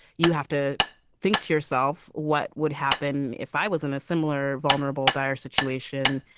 you have to think to yourself, what would happen if i was in a similar, vulnerable, dire situation?